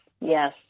yes